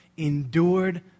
endured